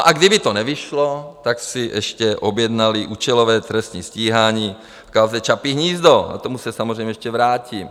A kdyby to nevyšlo, tak si ještě objednali účelové trestní stíhání v kauze Čapí hnízdo, k tomu se samozřejmě ještě vrátím.